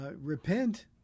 repent